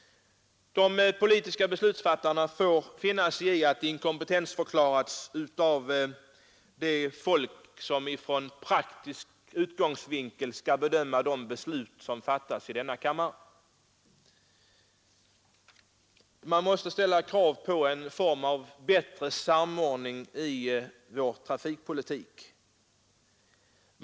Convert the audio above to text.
De politiska beslutsfattarna får finna sig i att ha inkompetensförklarats av det folk som från praktisk utgångspunkt skall bedöma de beslut som fattas i denna kammare. Man måste ställa krav på en bättre samordning i vår trafikpolitik.